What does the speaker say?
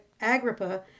Agrippa